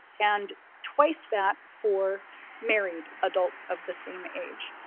and twice that for married adults of the same age.